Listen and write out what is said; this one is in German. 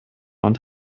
und